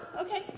okay